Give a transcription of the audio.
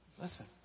Listen